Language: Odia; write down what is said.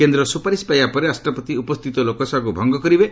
କେନ୍ଦ୍ରର ସୁପାରିଶ ପାଇବା ପରେ ରାଷ୍ଟ୍ରପତି ଉପସ୍ଥିତ ଲୋକସଭାକୁ ଭଙ୍ଗ କରିବେ